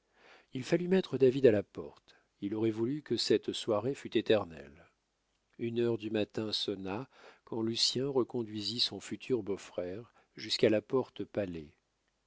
il fallut mettre david à la porte il aurait voulu que cette soirée fût éternelle une heure du matin sonna quand lucien reconduisit son futur beau-frère jusqu'à la porte palet